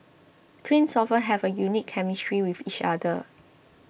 twins often have a unique chemistry with each other